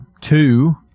two